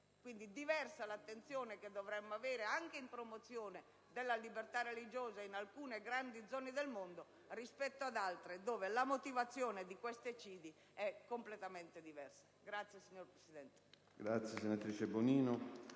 Quindi, diversa attenzione dovremmo prestare anche in promozione della libertà religiosa in alcune grandi zone del mondo, rispetto ad altre dove la motivazione di questi eccidi è completamente diversa. *(Applausi delle